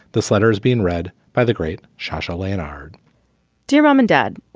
this letter is being read by the great shasha leonhard dear mom and dad,